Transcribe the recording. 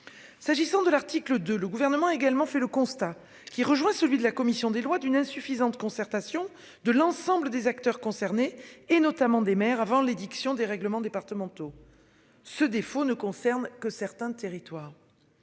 S'agissant de l'article 2, le gouvernement a également fait le constat qui rejoint celui de la commission des lois d'une insuffisante concertation de l'ensemble des acteurs concernés et notamment des mères avant l'édiction règlements départementaux ce défaut ne concerne que certains territoires.